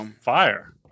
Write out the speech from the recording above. fire